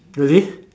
really